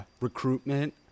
recruitment